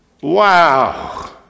Wow